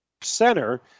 center